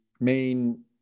main